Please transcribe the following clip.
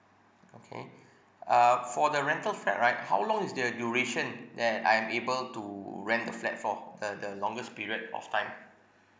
okay uh for the rental flat right how long is the duration that I am able to rent the flat for the the longest period of time